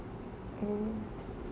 oh